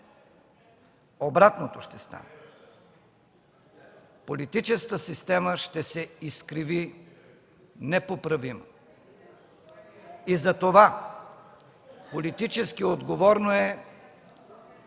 Обратното ще стане. Политическата система ще се изкриви непоправимо. Затова политически отговорно е,